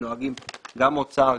גם אוצר,